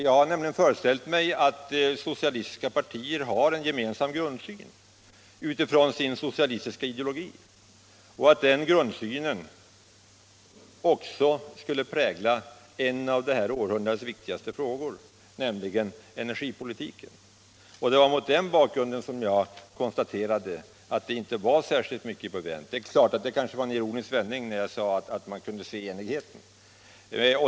Jag har nämligen föreställt mig att socialistiska partier har en gemensam grundsyn utifrån sin socialistiska ideologi och att den grundsynen också skulle prägla en av det här århundradets viktigaste frågor, nämligen energipolitiken. Det var därför som jag konstaterade att det inte var särskilt mycket bevänt med enigheten. Det kanske var en ironisk vändning när jag sade att man kunde se enigheten.